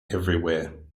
everywhere